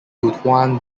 butuan